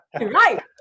Right